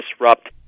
disrupt